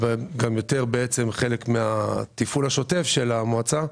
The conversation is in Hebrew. וגם יותר בעצם חלק מהתפעול השוטף של המועצה.